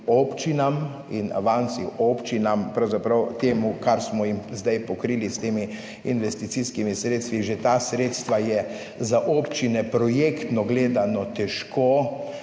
občinam in avansi občinam, pravzaprav temu, kar smo jim zdaj pokrili s temi investicijskimi sredstvi. Že ta sredstva je za občine projektno gledano težko